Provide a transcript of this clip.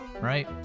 right